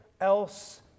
else